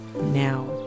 Now